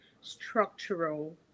structural